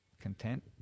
content